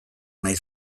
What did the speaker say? nahi